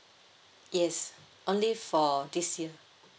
yes only for this year